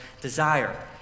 desire